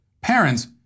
Parents